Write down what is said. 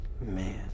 Man